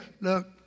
look